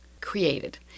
created